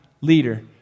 leader